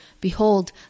Behold